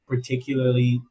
Particularly